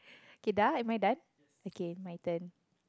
K do~ am I done okay my turn